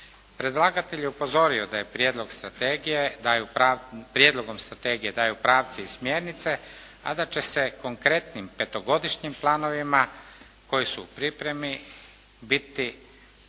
Prijedlog strategije, da je Prijedlogom strategije daju pravci i smjernice, a da će se konkretnim petogodišnjim planovima koji su u pripremi biti, koji